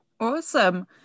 Awesome